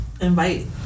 invite